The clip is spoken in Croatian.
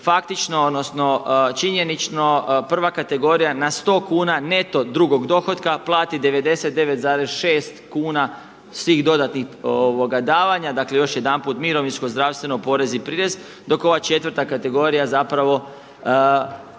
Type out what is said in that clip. odnosno činjenično prva kategorija na sto kuna neto drugog dohotka plati 99,6 kuna svih dodatnih davanja. Dakle, još jedanput mirovinsko, zdravstveno, porez i prirez dok ova četvrta kategorija zapravo